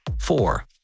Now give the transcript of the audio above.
four